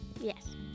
Yes